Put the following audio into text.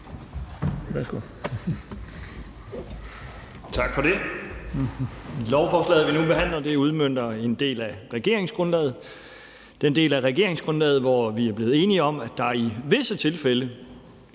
Tak for det. Lovforslaget, vi nu behandler, udmønter en del af regeringsgrundlaget. Det drejer sig om den del af regeringsgrundlaget, hvor vi er blevet enige om, at der i visse tilfælde